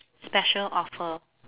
special offer